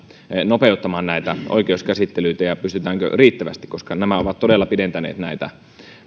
nopeuttamaan näitä oikeuskäsittelyitä ja pystytäänkö riittävästi koska nämä ovat todella pidentäneet